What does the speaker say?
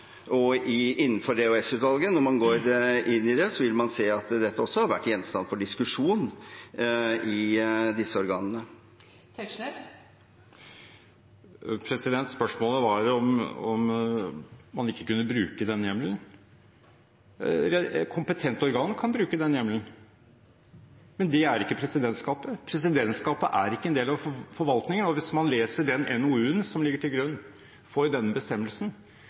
departementene og innenfor EOS-utvalget, når man går inn i det, vil man se at dette også har vært gjenstand for diskusjon i disse organene. Spørsmålet var om man ikke kunne bruke den hjemmelen? Kompetente organ kan bruke den hjemmelen, men de er ikke presidentskapet. Presidentskapet er ikke en del av forvaltningen. Og hvis man leser den NOU-en som ligger til grunn for denne bestemmelsen,